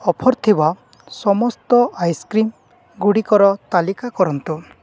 offer ଥିବା ସମସ୍ତ ଆଇସ୍କ୍ରିମ୍ଗୁଡ଼ିକର ତାଲିକା କରନ୍ତୁ